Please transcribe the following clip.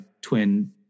twin